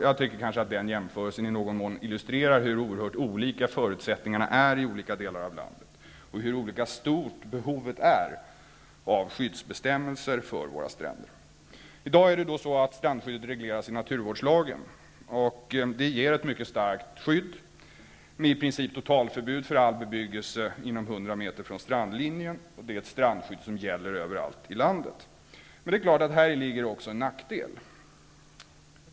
Jag tycker att den jämförelsen i någon mån illustrerar hur oerhört olika förutsättningarna är i olika delar av landet och hur olika stort behovet är av skyddsbestämmelser för våra stränder. I dag regleras strandskyddet i naturvårdslagen. Det ger ett mycket starkt skydd med i princip totalförbud för all bebyggelse inom 100 meter från strandlinjen. Och det är ett strandskydd som gäller överallt i landet. Men det är klart att det häri även ligger en nackdel.